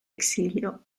exilio